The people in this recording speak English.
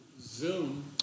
Zoom